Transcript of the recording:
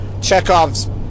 Chekhov's